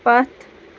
پتھ